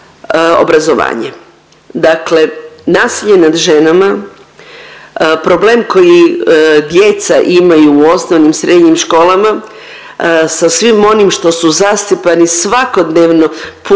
obrazovanje. Dakle, nasilje nad ženama, problem koji djeca imaju u osnovnim i srednjim školama sa svim onim što su zasipani svakodnevno putem